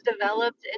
developed